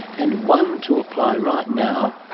and one to apply right now,